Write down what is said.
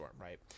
right